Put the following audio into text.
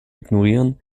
ignorieren